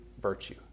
virtue